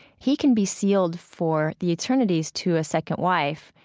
he can be sealed for the eternities to a second wife.